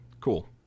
Cool